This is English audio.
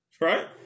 right